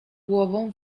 głową